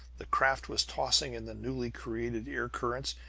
the craft was tossing in the newly created air-currents.